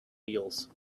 wheels